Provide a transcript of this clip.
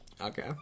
Okay